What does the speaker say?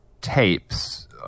tapes